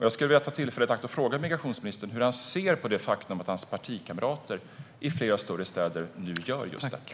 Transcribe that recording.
Jag skulle vilja ta tillfället i akt och fråga migrationsministern hur han ser på det faktum att hans partikamrater i flera större städer nu gör detta.